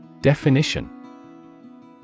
Definition